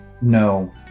no